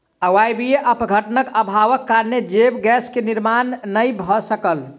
अवायवीय अपघटनक अभावक कारणेँ जैव गैस के निर्माण नै भअ सकल